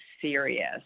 serious